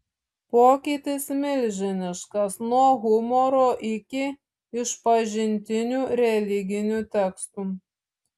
pokytis milžiniškas nuo humoro iki išpažintinių religinių tekstų